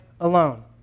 alone